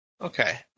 Okay